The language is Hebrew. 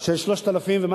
זה סדר-גודל של 3,000 ומשהו,